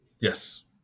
Yes